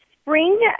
Spring